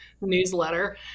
newsletter